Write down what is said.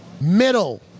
Middle